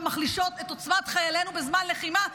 ומחלישות את עוצמת חיילינו בזמן לחימה.